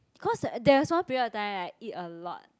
cause there was one period of time right I eat a lot